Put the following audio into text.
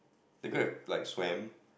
they could have like swam